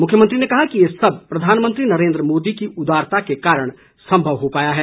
मुख्यमंत्री ने कहा कि ये सब प्रधानमंत्री नरेन्द्र मोदी की उदारता के कारण संभव हो पाया है